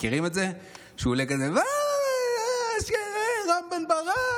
מכירים את זה שהוא עולה כזה: רם בן ברק,